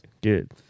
Good